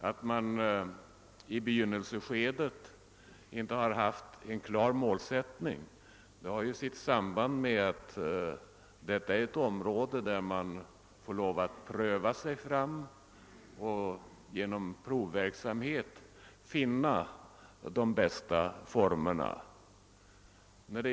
Att man i begynnelseskedet inte har haft en klar målsättning sammanhänger med att detta är ett område, där man får lov att pröva sig fram och genom försöksverksamhet finna de bästa formerna.